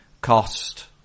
cost